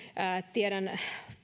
tiedän